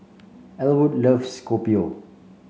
Elwood loves Kopi O